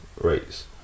rates